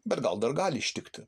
bet gal dar gali ištikti